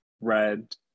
red